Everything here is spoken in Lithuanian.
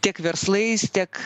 tiek verslais tiek